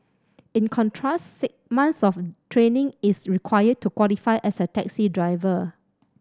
in contrast months of training is required to qualify as a taxi driver